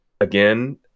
again